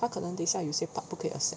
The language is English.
他可能等下有些 part 不可以 accept